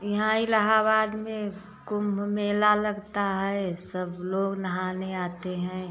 यहाँ इलाहाबाद में कुंभ मेला लगता है सब लोग नहाने आते हैं